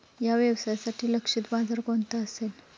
या व्यवसायासाठी लक्षित बाजार कोणता असेल?